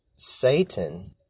Satan